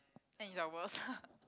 and you're worse